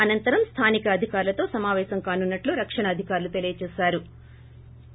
అనంతరం స్థానిక అధికారులతో సమాపేశం కానున్నట్టు రక్షణ అధికారులు తెలియచేశారు